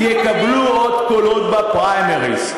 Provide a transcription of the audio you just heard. שבועיים אחר כך